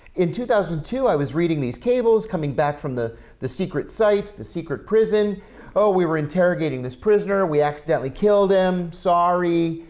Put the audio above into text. in two thousand and two, i was reading these cables coming back from the the secret sites, the secret prison oh, we were interrogating this prisoner, we accidentally killed him, sorry.